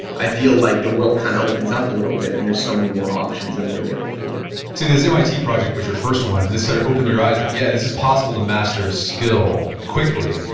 i feel like the world kind of opens up a little bit and there's so many more options than and were there before so this mit project was your first one and this sort of opened your eyes, like yeah, this is possible to master a skill quickly.